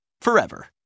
forever